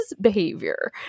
behavior